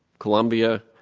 columbia,